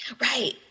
Right